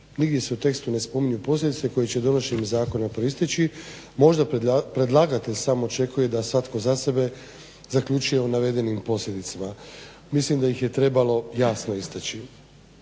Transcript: nigdje se u tekstu ne spominju posljedice koje će donošenjem zakona proisteći. Možda predlagatelj sam očekuje da svatko za sebe zaključuje o navedenim posljedicama. Mislim da ih je trebalo jasno istaći.